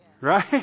Right